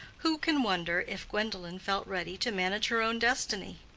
who can wonder if gwendolen felt ready to manage her own destiny?